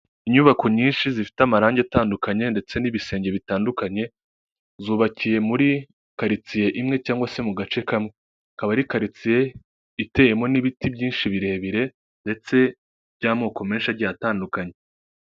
Inyubako nyinshi zifite amarangi atandukanye, ndetse n'ibisenge bitandukanye, zubakiye muri quartier imwe, cyangwa se mu gace kamwe, ikaba quartier iteyemo n'ibiti byinshi birebire, ndetse by'amoko menshi agiye atandukanye.